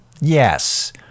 yes